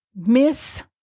Miss